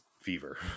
fever